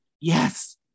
Yes